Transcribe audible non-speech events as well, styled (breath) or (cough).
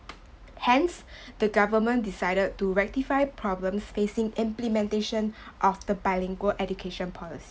hence (breath) the government decided to rectify problems facing implementation of the bilingual education polic~